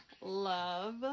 love